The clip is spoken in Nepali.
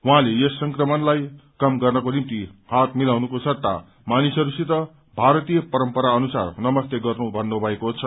उहाँले यस संकमणलाई कम गर्नको निम्ति हात मिलाउनुको सट्टा मानिसहरूसित भारतीय परम्परा अनुसार नमस्ते गर्नु भन्नु भएको छ